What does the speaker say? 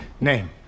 Name